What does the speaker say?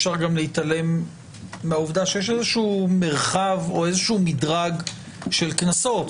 אפשר גם להתעלם מהעובדה שיש איזה שהוא מרחב או איזה שהוא מדרג של קנסות.